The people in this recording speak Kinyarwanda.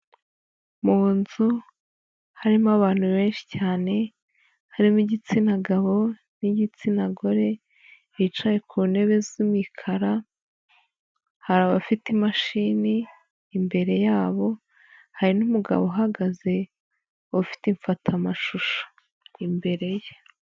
Mu nzu harimo abantu benshi cyane, harimo igitsina gabo, n'igitsina gore, bicaye ku ntebe z'imikara, hari abafite imashini imbere yabo, hari n'umugabo uhagaze ufite imfatamashusho imbere ye.